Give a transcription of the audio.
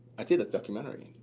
i did a documentary,